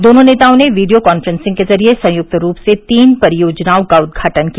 दोनों नेताओं ने वीडियो काफ्रेंसिंग के जरिये संयुक्त रूप से तीन परियोजनाओं का उद्घाटन किया